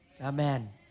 Amen